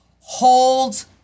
holds